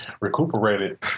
recuperated